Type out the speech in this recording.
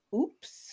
Oops